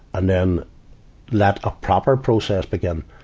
and then let a proper process begin.